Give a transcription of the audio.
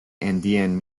andean